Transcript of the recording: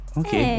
okay